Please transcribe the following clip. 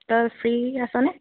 তই ফ্ৰী আছনে